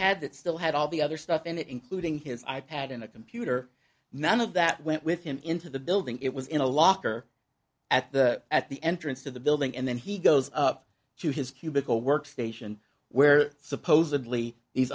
had that still had all the other stuff in it including his i pad and a computer none of that went with him into the building it was in a locker at the at the entrance to the building and then he goes up to his cubicle workstation where supposedly these